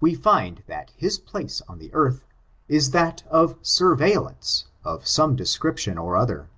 we find that his place on the earth is that of serveillance of some description or other